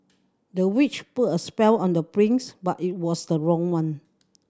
the witch put a spell on the prince but it was the wrong one